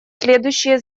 следующие